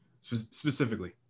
specifically